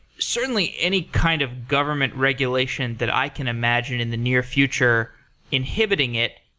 certainly, any kind of government regulation that i can imagine in the near future inhibiting it.